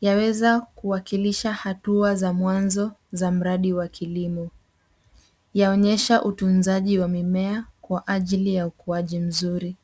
Yaweza kuwakilisha hatua za mwanzo za mradi wa kilimo. Yaonyesha utunzaji wa mimea kwa ajili ya ukuaji mzuri.